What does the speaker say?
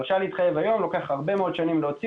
ההרשאה להתחייב היום לוקח הרבה מאוד שנים להוציא